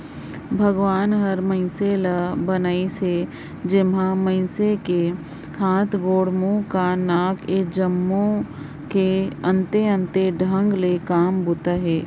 भगवान हर मइनसे ल बनाइस अहे जेम्हा मइनसे कर हाथ, गोड़, मुंह, कान, नाक ए जम्मो अग कर अन्ते अन्ते ढंग ले काम बूता अहे